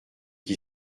qui